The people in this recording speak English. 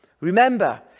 Remember